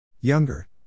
Younger